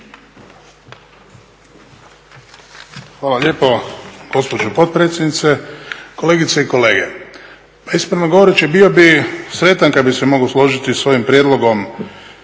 Hvala lijepo gospođo potpredsjednice. Kolegice i kolege. Pa ispravno govoreći, bio bi sretan kad bi se mogao složiti s ovim prijedlogom